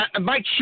Mike